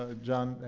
ah john,